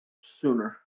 sooner